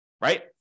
Right